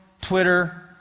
Twitter